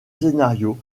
scénario